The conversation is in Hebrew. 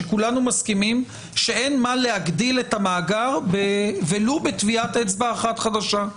שכולנו מסכימים שאין מה להגדיל את המאגר ולו בטביעת אצבע אחת חדשה.